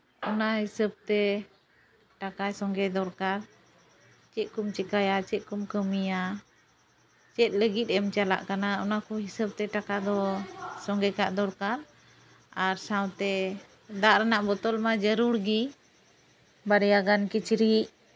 ᱚᱱᱟ ᱦᱤᱥᱟᱹᱵ ᱛᱮ ᱴᱟᱠᱟ ᱥᱚᱸᱜᱮ ᱫᱚᱨᱠᱟᱨ ᱪᱮᱫ ᱠᱚᱢ ᱪᱤᱠᱟᱹᱭᱟ ᱪᱮᱫ ᱠᱚᱢ ᱠᱟᱹᱢᱤᱭᱟ ᱪᱮᱫ ᱞᱟᱹᱜᱤᱫ ᱮᱢ ᱪᱟᱞᱟᱜ ᱠᱟᱱᱟ ᱚᱱᱟ ᱠᱚ ᱦᱤᱥᱟᱹᱵ ᱛᱮ ᱴᱟᱠᱟ ᱫᱚ ᱥᱚᱸᱜᱮ ᱠᱟᱜ ᱫᱚᱨᱠᱟᱨ ᱟᱨ ᱥᱟᱶᱛᱮ ᱫᱟᱜ ᱨᱮᱱᱟᱜ ᱵᱳᱛᱚᱞ ᱢᱟ ᱡᱟᱹᱨᱩᱲ ᱜᱮ ᱵᱟᱨᱭᱟᱜᱟᱱ ᱠᱤᱪᱨᱤᱡᱽ